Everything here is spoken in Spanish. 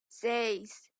seis